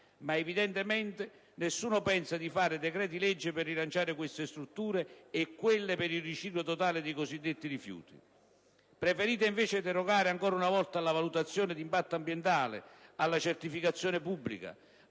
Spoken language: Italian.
Ma, evidentemente, nessuno pensa di fare decreti-legge per rilanciare queste strutture e quelle per il riciclo totale dei cosiddetti rifiuti. Preferite invece derogare ancora una volta alla valutazione di impatto ambientale, alla certificazione pubblica,